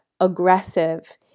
aggressive